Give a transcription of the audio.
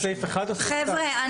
סליחה, חבר'ה.